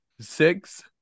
six